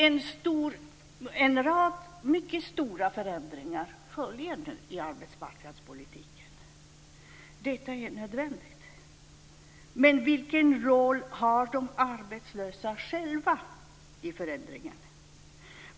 En rad mycket stora förändringar följer nu i arbetsmarknadspolitiken. Detta är nödvändigt, men vilken roll har de arbetslösa själva i förändringen?